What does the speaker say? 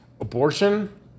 abortion